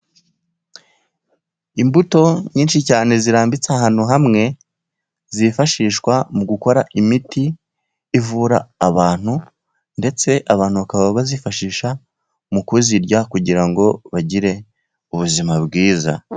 Imbuto nyinshi cyane zirambitse ahantu hamwe zifashishwa mu gukora imiti ivura abantu, ndetse abantu bakaba bazifashisha mu kuzirya kugira ngo bagire ubuzima bwiza.